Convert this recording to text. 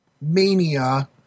Mania